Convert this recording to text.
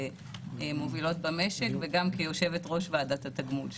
מובילות במשק וגם כיושבת ראש ועדת התגמול שלהם.